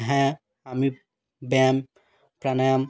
হ্যাঁ আমি ব্যায়াম প্রাণায়াম